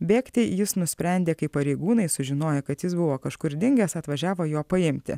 bėgti jis nusprendė kai pareigūnai sužinojo kad jis buvo kažkur dingęs atvažiavo jo paimti